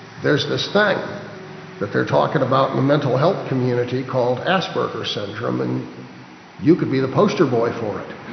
there's this thing that they're talking about in the mental health community called asperger's syndrome and you could be the poster boy for it.